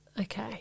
Okay